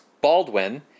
Baldwin